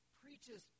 preaches